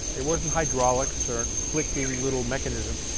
it wasn't hydraulics or clicking little mechanisms.